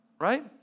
Right